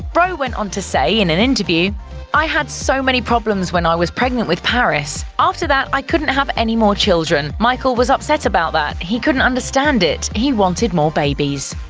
rowe went on to say in an in interview i had so many problems when i was pregnant with paris. after that i couldn't have any more children. michael was upset about that, he couldn't understand it. he wanted more babies.